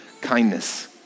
kindness